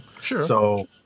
Sure